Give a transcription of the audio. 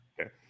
Okay